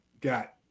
got